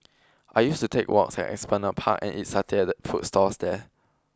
I used to take walks at Esplanade Park and eat satay at the food stalls there